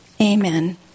Amen